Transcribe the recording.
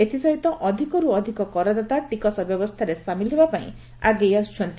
ଏଥିସହିତ ଅଧିକରୁ ଅଧିକ କରଦାତା ଟିକସ ବ୍ୟବସ୍ଥାରେ ସାମିଲ ହେବା ପାଇଁ ଆଗେଇ ଆସୁଛନ୍ତି